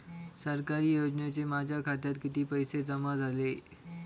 सरकारी योजनेचे माझ्या खात्यात किती पैसे जमा झाले?